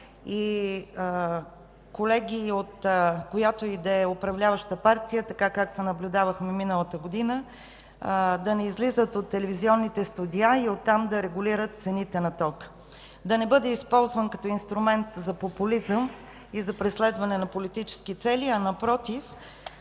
и колеги от която и да е управляваща партия, както наблюдавахме миналата година, да не излизат от телевизионните студия и оттам да регулират цените на тока. Да не бъде използван като инструмент за популизъм и за преследване на политически цели, а напротив